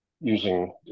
using